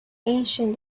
ancient